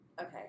Okay